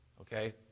Okay